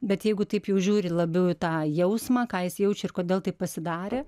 bet jeigu taip jau žiūri labiau į tą jausmą ką jis jaučia ir kodėl taip pasidarė